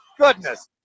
goodness